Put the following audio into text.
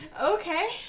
okay